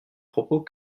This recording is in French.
propos